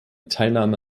teilnahme